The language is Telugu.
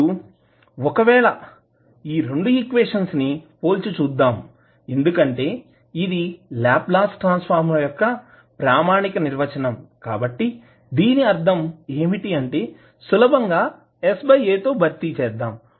ఇప్పుడు ఒకవేళ ఈ రెండు ఈక్వేషన్స్ ని పోల్చి చూద్దాం ఎందుకంటే ఇది లాప్లాస్ ట్రాన్సఫర్మ్ యొక్క ప్రామాణిక నిర్వచనం కాబట్టి దీని అర్థం ఏమిటి అంటే సులభంగా sa తో భర్తీ చేద్దాం